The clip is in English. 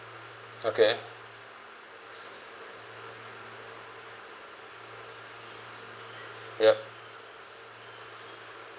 okay yup